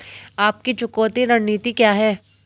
आपकी चुकौती रणनीति क्या है?